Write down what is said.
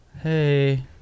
Hey